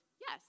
Yes